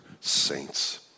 saints